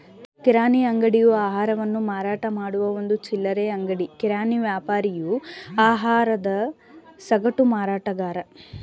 ಕಿರಾಣಿ ಅಂಗಡಿಯು ಆಹಾರವನ್ನು ಮಾರಾಟಮಾಡುವ ಒಂದು ಚಿಲ್ಲರೆ ಅಂಗಡಿ ಕಿರಾಣಿ ವ್ಯಾಪಾರಿಯು ಆಹಾರದ ಸಗಟು ಮಾರಾಟಗಾರ